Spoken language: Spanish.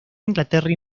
inglaterra